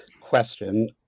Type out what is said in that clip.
question